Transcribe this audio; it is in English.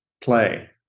play